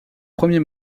premier